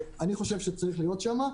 אני חושב שצריך להיות שם.